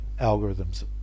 algorithms